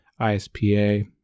ISPA